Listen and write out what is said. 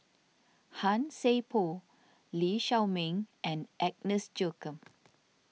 Han Sai Por Lee Shao Meng and Agnes Joaquim